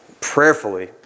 prayerfully